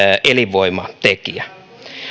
elinvoimatekijä